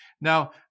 Now